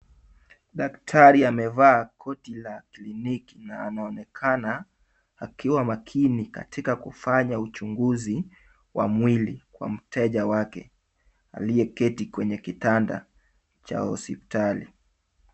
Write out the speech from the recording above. Daktari amevaa koti la kliniki na anaonekana akiwa makini katika kufanya uchunguzi wa mwili kwa mteja wake, aliyeketi kwenye kitanda cha hospitali.